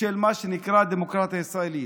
של מה שנקרא הדמוקרטיה הישראלית.